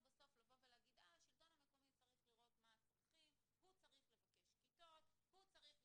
אנחנו יודעים מה צריך לעשות.